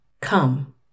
come